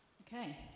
Okay